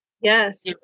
Yes